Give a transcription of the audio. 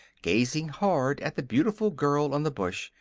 gazing hard at the beautiful girl on the bush.